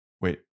wait